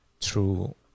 true